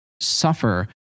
suffer